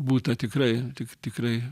būta tikrai tik tikrai